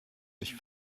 sich